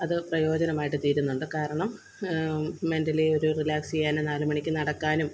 അത് പ്രയോജനമായിട്ട് തീരുന്നുണ്ട് കാരണം മെന്റലി ഒരു റിലാക്സ് ചെയ്യാനും നാലുമണിക്ക് നടക്കാനും